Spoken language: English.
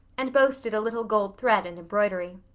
and boasted a little gold thread and embroidery.